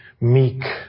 meek